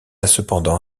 cependant